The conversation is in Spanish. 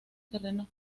terrenos